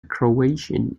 croatian